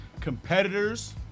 competitors